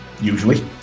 usually